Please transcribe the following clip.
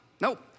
nope